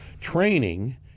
Training